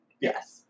Yes